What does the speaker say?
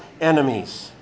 enemies